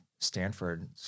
Stanford